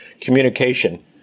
communication